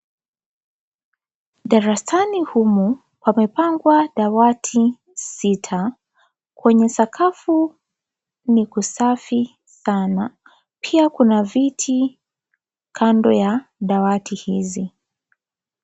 Darasani humu pamepangwa dawati sita, kwenye sakafu ni kusafi sana. Pia kuna viti kando ya dawati hizi.